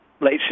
late